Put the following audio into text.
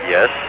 Yes